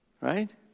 Right